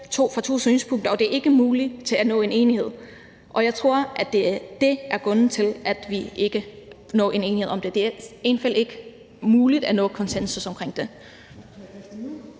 ud fra to synsvinkler, og det er ikke muligt at nå til enighed, og jeg tror, at det er det, der er grunden til, at vi ikke er nået til enighed om det. Det er i hvert fald ikke muligt at opnå konsensus omkring det.